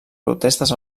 protestes